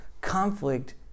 conflict